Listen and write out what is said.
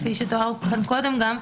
כפי שתואר כאן קודם,